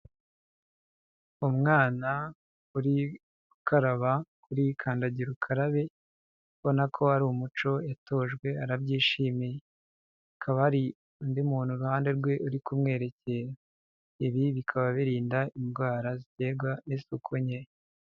Umwana uri gukaraba kuri kandagira ukarabe, ubona ko ari umuco yatojwe arabyishimiye. Hakaba hari undi muntu iruhande rwe uri kumwerekera. Ibi bikaba birinda indwara ziterwa n'isuku nke.